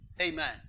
amen